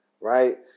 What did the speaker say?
right